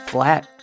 Flat